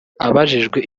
abajijwe